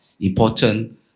important